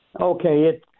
Okay